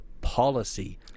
policy